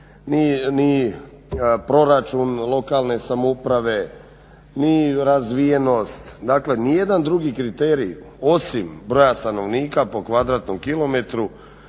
ni proračun lokalne samouprave, ni razvijenost, dakle nijedan drugi kriterij osim broja stanovnika po km2 je po postojećem